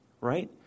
right